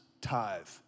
tithe